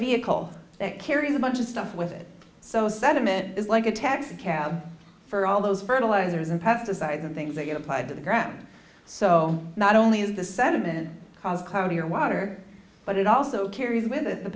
vehicle that carries a bunch of stuff with it so sediment is like a taxicab for all those fertilizers and pesticides and things that you applied to the ground so not only has the sediment caused cloudier water but it also carries with it the